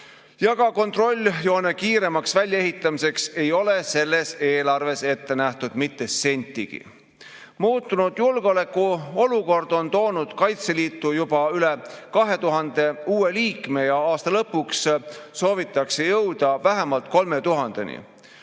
ka kontrolljoone kiiremaks väljaehitamiseks ei ole selles eelarves ette nähtud mitte sentigi. Muutunud julgeolekuolukord on toonud Kaitseliitu juba üle 2000 uue liikme ja aasta lõpuks soovitakse jõuda vähemalt 3000‑ni.